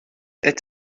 est